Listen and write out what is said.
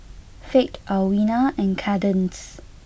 Fate Alwina and Kadence